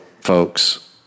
folks